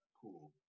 Cool